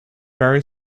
very